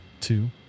Two